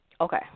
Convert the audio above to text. Okay